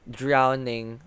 drowning